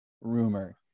rumor